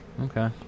Okay